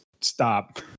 stop